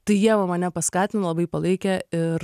tai ieva mane paskatino labai palaikė ir